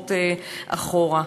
הולכות אחורה.